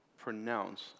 pronounce